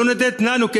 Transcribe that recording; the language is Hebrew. שלא נותנת לנו,